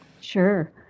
Sure